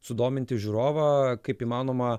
sudominti žiūrovą kaip įmanoma